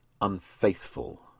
unfaithful